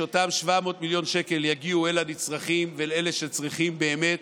שאותם 700 מיליון שקלים יגיעו אל הנצרכים ואל אלה שצריכים באמת,